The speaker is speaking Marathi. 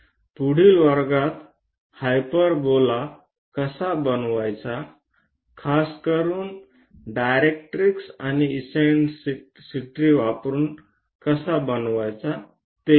पुढील वर्गात हायपरबोला कसे बनवायचे खासकरुन डायरेक्ट्रिक्स आणि इससेन्ट्रिसिटी वापरून कसे बनवायचे ते शिकू